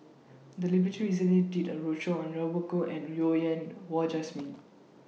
The recently did A roadshow on Robert Goh and Well Yen Wah Jesmine